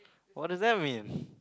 what does that mean